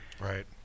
Right